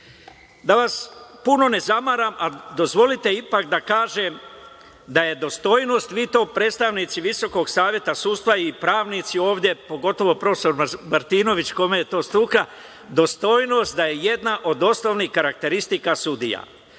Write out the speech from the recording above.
vas puno ne zamaram, dozvolite ipak da kažem da je dostojnost, vi to predstavnici VSS i pravnici ovde, pogotovo prof. Martinović kome je to struka, dostojnost da je jedna od osnovnih karakteristika